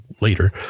later